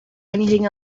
anything